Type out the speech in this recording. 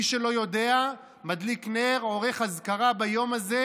מי שלא יודע מדליק נר או עורך אזכרה ביום הזה,